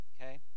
okay